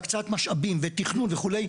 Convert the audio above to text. בהקצאת משאבים ותכנון וכו',